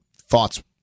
thoughts